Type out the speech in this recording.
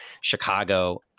Chicago